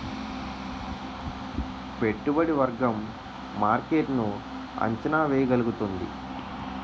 పెట్టుబడి వర్గం మార్కెట్ ను అంచనా వేయగలుగుతుంది